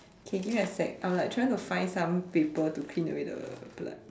okay give me sec I'm like trying to find some paper to clean away the blood